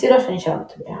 מצידו השני של המטבע,